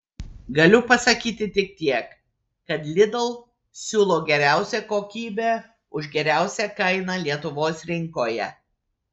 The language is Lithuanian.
galiu pasakyti tik tiek kad lidl siūlo geriausią kokybę už geriausią kainą lietuvos rinkoje